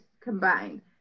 combined